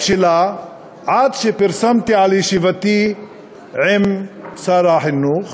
שלה עד שפרסמתי על ישיבתי עם שר החינוך